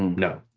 no,